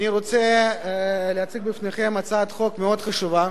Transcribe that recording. אני רוצה להציג בפניכם הצעת חוק מאוד חשובה,